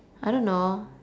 I don't know